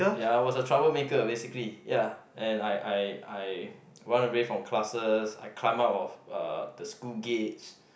ya I was a troublemaker basically ya and I I I run away from classes I climb out of uh the school gates